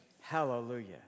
Hallelujah